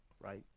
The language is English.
right